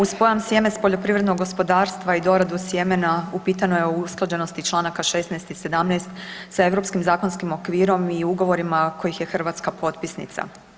Uz pojam sjeme s poljoprivrednog gospodarstva i doradu sjemena upitano je o usklađenosti čl. 16. i 17. sa europskim zakonskim okvirom i ugovorima kojih je Hrvatska potpisnica.